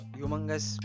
humongous